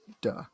duh